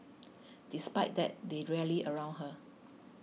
despite that they rallied around her